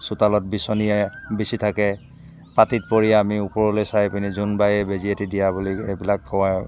চোতালত বিচনীয়ে বিচি থাকে পাটিত পৰি আমি ওপৰলৈ চাইপেনি জোনবাই বেজি এটি দিয়া বুলি সেইবিলাক হোৱা